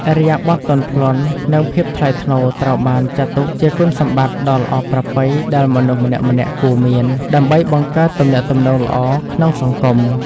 ឥរិយាបថទន់ភ្លន់ និងភាពថ្លៃថ្នូរត្រូវបានចាត់ទុកជាគុណសម្បត្តិដ៏ល្អប្រពៃដែលមនុស្សម្នាក់ៗគួរមាន ដើម្បីបង្កើតទំនាក់ទំនងល្អក្នុងសង្គម។